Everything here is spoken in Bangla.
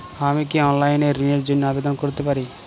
আমি কি অনলাইন এ ঋণ র জন্য আবেদন করতে পারি?